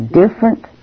different